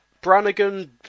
Brannigan